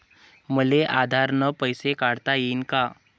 मले आधार न पैसे काढता येईन का?